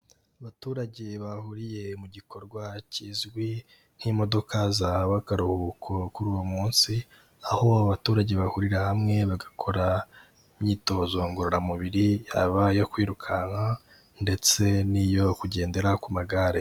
Abaturage bahuriye mu gikorwa kizwi nk'imodoka zahawe akaruhuko kuri uwo munsi, aho abaturage bahurira hamwe bagakora imyitozo ngororamubiri, yaba iyo kwirukanka, ndetse n'iyo kugendera ku magare.